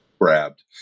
grabbed